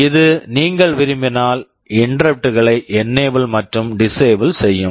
இது நீங்கள் விரும்பினால் இன்டெரப்ட் interrupt களை என்னேபிள் enable மற்றும் டிஸ்சேபிள் disable செய்யும்